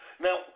Now